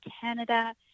Canada